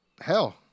hell